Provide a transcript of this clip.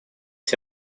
все